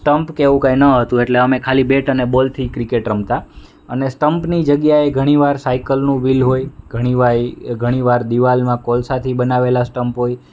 stumps કે એવું કાંઈ ન હતું એટલે અમે ખાલી બેટ અને બોલથી ક્રિકેટ રમતા અને સ્ટ્મ્સની જગ્યાએ ઘણીવાર સાયકલનો સાયકલનું વ્હિલ હોય ઘણીવાર દીવાલમાં કોલસાથી બનાવેલા સ્ટ્મ્સ હોય